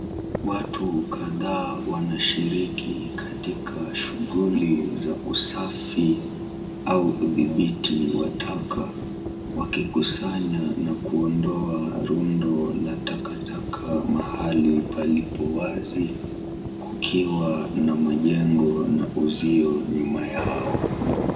Watu kadhaa wanashiriki katika shughuli za usafi au udhibiti wa taka wakikusanya na kuondoa rundo la takataka mahali palipo wazi kukiwa na majengo na uuzio nyuma yao.